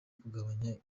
kugabanya